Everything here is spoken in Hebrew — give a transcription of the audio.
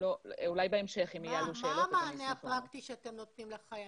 מה המענה הפרקטי שאתם נותנים לחייל?